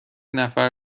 نفر